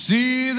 See